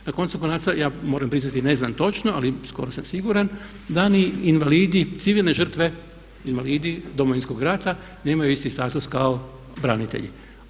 I na koncu konca ja moram priznati ne znam točno, ali skoro sam siguran da ni invalidi civilne žrtve, invalidi Domovinskog rata nemaju isti status kao branitelji.